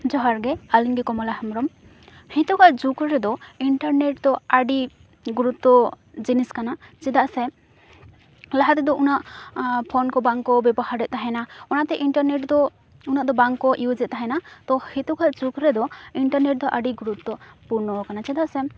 ᱡᱚᱦᱟᱨᱜᱮ ᱟᱹᱞᱤᱧᱜᱮ ᱠᱚᱢᱚᱞᱟ ᱦᱮᱢᱵᱨᱚᱢ ᱱᱤᱛᱚᱜᱟᱜ ᱡᱩᱜᱽ ᱨᱮᱫᱚ ᱤᱱᱴᱟᱨᱱᱮᱴ ᱫᱚ ᱟᱹᱰᱤ ᱜᱩᱨᱩᱛᱛᱚ ᱡᱤᱱᱤᱥ ᱠᱟᱱᱟ ᱪᱮᱫᱟᱜ ᱥᱮ ᱞᱟᱦᱟ ᱛᱮᱫᱚ ᱩᱱᱟᱹᱜ ᱯᱷᱳᱱ ᱠᱚ ᱵᱟᱝ ᱠᱚ ᱵᱮᱵᱚᱦᱟᱨᱮᱫ ᱛᱟᱦᱮᱱᱟ ᱚᱱᱟᱛᱮ ᱤᱱᱴᱟᱨᱱᱮᱴ ᱫᱚ ᱩᱱᱟᱹᱜ ᱫᱚ ᱵᱟᱝ ᱠᱚ ᱤᱭᱩᱡᱮᱫ ᱛᱟᱦᱮᱱᱟ ᱛᱚ ᱱᱤᱛᱚᱜᱟᱜ ᱡᱩᱜᱽ ᱨᱮᱫᱚ ᱤᱱᱴᱟᱨᱱᱮᱴ ᱫᱚ ᱟᱹᱰᱤ ᱜᱩᱨᱩᱛᱛᱚ ᱯᱩᱨᱱᱚᱣ ᱠᱟᱱᱟ ᱪᱮᱫᱟᱜ ᱥᱮ